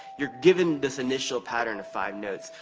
you're given this initial pattern of five notes,